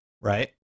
Right